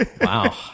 Wow